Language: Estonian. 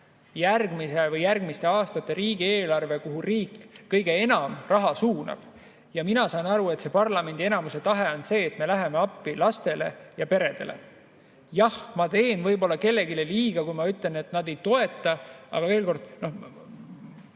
järgmise või järgmiste aastate riigieelarve, kuhu riik kõige enam raha suunab. Ja mina saan aru, et parlamendi enamuse tahe on see, et me läheme appi lastele ja peredele. Jah, ma teen võib-olla kellelegi liiga, kui ma ütlen, et nad ei toeta seda, aga veel kord,